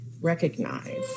recognize